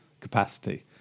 capacity